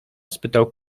spytał